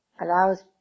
allows